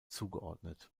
zugeordnet